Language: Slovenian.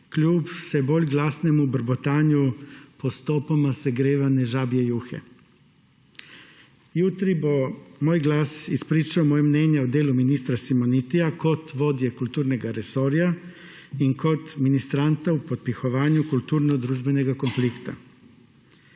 kljub vse bolj glasnemu brbotanju postopoma segrevane žabje juhe. Jutri bo moj glas izpričal moje mnenje o delu ministra Simonitija kot vodje kulturnega resorja in kot ministranta v podpihovanju kulturno-družbenega konflikta.